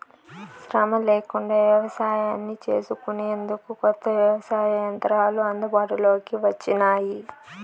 శ్రమ లేకుండా వ్యవసాయాన్ని చేసుకొనేందుకు కొత్త వ్యవసాయ యంత్రాలు అందుబాటులోకి వచ్చినాయి